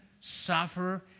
suffer